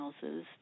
houses